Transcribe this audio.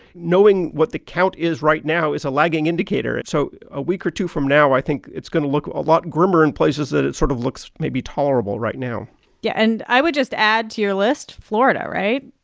knowing what the count is right now is a lagging indicator. so a week or two from now, i think it's going to look a lot grimmer in places that it sort of looks maybe tolerable right now yeah, and i would just add to your list florida, right?